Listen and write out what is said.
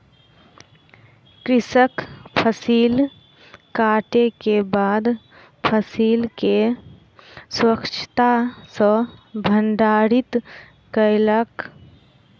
कृषक फसिल कटै के बाद फसिल के स्वच्छता सॅ भंडारित कयलक